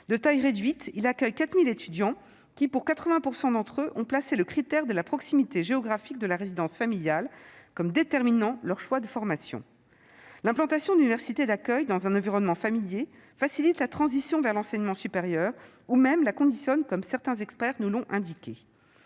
De taille réduite, il accueille 4 000 étudiants qui, pour 80 % d'entre eux, ont choisi le critère de la proximité géographique de la résidence familiale comme déterminant leur choix de formation. L'implantation de l'université d'accueil dans un environnement familier facilite la transition vers l'enseignement supérieur, voire la conditionne, comme certains experts nous l'ont indiqué.